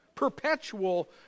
Perpetual